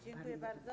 Dziękuję bardzo.